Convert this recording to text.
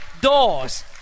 doors